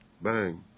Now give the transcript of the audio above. bang